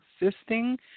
existing